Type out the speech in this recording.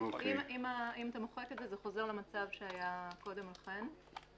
אם אתה מוחק את זה, זה חוזר למצב שהיה קודם לכן.